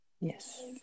Yes